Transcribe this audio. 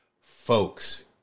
folks